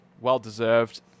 well-deserved